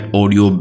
audio